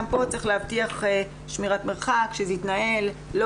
גם כאן צריך להבטיח שמירת מרחק ושזה יתנהל לא